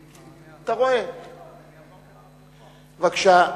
בבקשה.